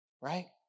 right